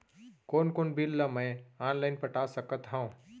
कोन कोन बिल ला मैं ऑनलाइन पटा सकत हव?